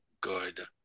good